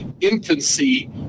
infancy